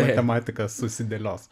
matematika susidėlios